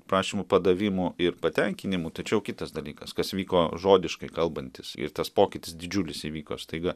prašymų padavimų ir patenkinimų tai čia jau kitas dalykas kas vyko žodiškai kalbantis ir tas pokytis didžiulis įvyko staiga